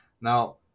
now